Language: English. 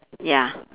ya